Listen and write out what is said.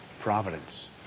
providence